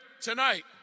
tonight